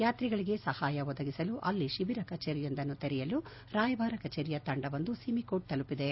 ಯಾತ್ರಿಗಳಿಗೆ ಸಹಾಯ ಒದಗಿಸಲು ಅಲ್ಲಿ ಶಿಬಿರ ಕಚೇರಿಯೊಂದನ್ನು ತೆರೆಯಲು ರಾಯಭಾರ ಕಚೇರಿಯ ತಂಡವೊಂದು ಸಿಮಿಕೋಟ್ ತಲುಪಿದೆ